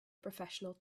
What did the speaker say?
professional